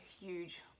huge